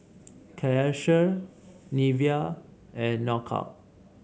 Karcher Nivea and Knockout